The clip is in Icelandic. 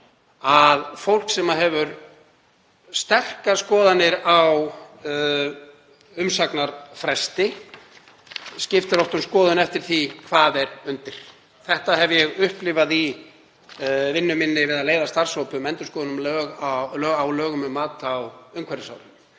að fólk sem hefur sterkar skoðanir á umsagnarfresti skiptir oft um skoðun eftir því hvað er undir. Þetta hef ég upplifað í vinnu minni við að leiða starfshóp um endurskoðun á lögum um mat á umhverfisáhrifum.